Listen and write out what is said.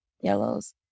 yellows